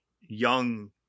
young